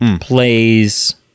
plays